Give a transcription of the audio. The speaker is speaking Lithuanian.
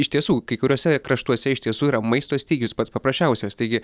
iš tiesų kai kuriuose kraštuose iš tiesų yra maisto stygius pats paprasčiausias taigi